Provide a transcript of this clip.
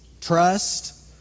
trust